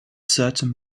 certain